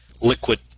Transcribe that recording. liquid